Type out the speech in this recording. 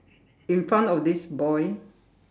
in front of this boy